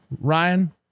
Ryan